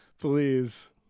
Please